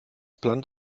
planck